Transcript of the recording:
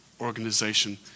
organization